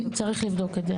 צריך לבדוק את זה.